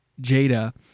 Jada